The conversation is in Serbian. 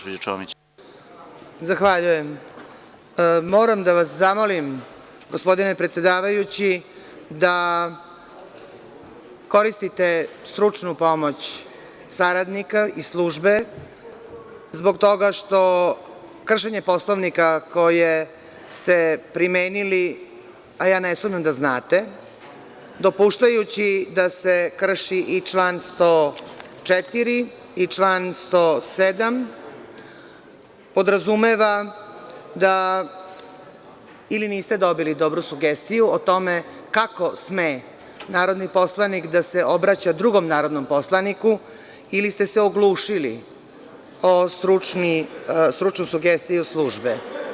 Moram da vas zamolim gospodine predsedavajući da koristite stručnu pomoć saradnika i službe, zbog toga što kršenje Poslovnika koje ste primenili, a ja ne sumnjam da znate, dopuštajući da se krši i član 104. i član 107. podrazumeva da ili niste dobili dobru sugestiju o tome kako sme narodni poslanik da se obraća drugom narodnom poslaniku ili ste se oglušili o stručnu sugestiju službe.